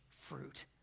fruit